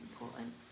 important